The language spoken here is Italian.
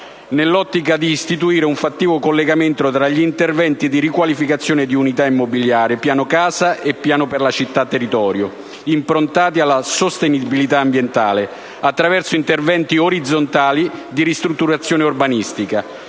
nell’ottica di istituire un fattivo collegamento tra gli interventi di riqualificazione di unita immobiliari, piano casa e piano di governo del territorio improntati alla sostenibilitaambientale attraverso interventi orizzontali di ristrutturazione urbanistica.